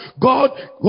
God